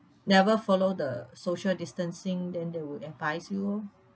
never follow the social distancing then they would advise you oh